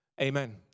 Amen